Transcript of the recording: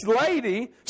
lady